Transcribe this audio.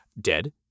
Dead